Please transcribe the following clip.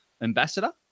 ambassador